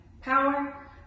power